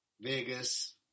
Vegas